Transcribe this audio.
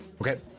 Okay